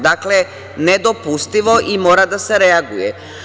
Dakle, nedopustivo i mora da se reaguje.